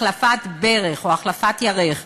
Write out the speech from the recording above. החלפת ברך או החלפת ירך,